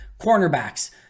Cornerbacks